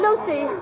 Lucy